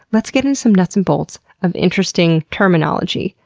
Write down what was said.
let's get into some nuts and bolts of interesting terminology.